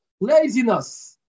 laziness